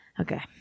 Okay